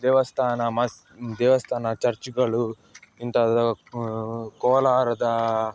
ದೇವಸ್ಥಾನ ಮಸ್ ದೇವಸ್ಥಾನ ಚರ್ಚ್ಗಳು ಇಂಥ ಕೋಲಾರದ